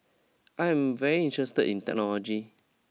I am very interested in technology